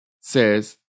Says